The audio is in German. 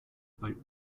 bei